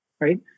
right